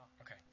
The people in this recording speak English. Okay